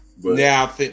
Now